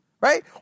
Right